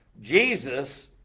Jesus